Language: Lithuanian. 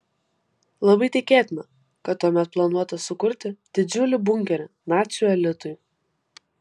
labai tikėtina kad tuomet planuota sukurti didžiulį bunkerį nacių elitui